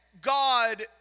God